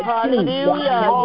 Hallelujah